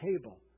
table